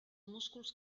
músculs